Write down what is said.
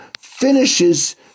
finishes